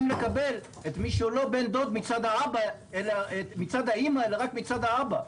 לקבל את מי שהוא לא בן דוד מצד האימא אלא רק מצד האבא?